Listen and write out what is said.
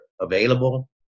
available